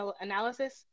analysis